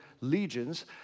legions